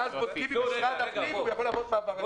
ואז בודקים עם משרד הפנים אם הוא יכול לעבור את הגבול.